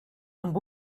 amb